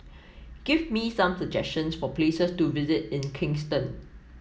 give me some suggestions for places to visit in Kingston